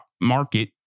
Market